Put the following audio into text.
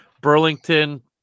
Burlington